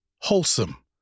wholesome